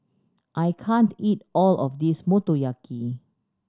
I can't eat all of this Motoyaki